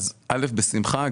בשמחה.